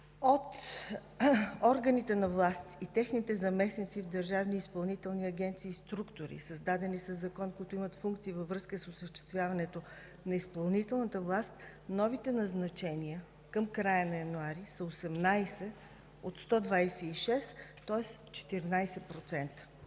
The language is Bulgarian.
От органите на власт и техните заместници в държавни изпълнителни агенции и структури, създадени със закон, които имат функции във връзка с осъществяването на изпълнителната власт, новите назначения към края на месец януари са 18 от 126, тоест 14%.